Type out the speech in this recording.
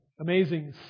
amazing